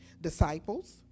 disciples